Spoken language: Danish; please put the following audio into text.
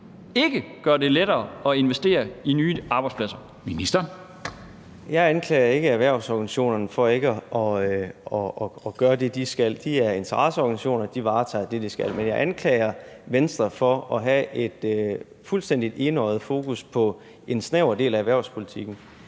Kl. 13:42 Erhvervsministeren (Simon Kollerup): Jeg anklager ikke erhvervsorganisationerne for ikke at gøre det, de skal. De er interesseorganisationer, og de varetager det, de skal. Men jeg anklager Venstre for at have et fuldstændig enøjet fokus på en snæver del af erhvervspolitikken.